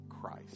Christ